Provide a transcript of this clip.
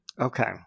Okay